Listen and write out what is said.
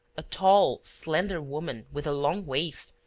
a tall, slender woman with a long waist,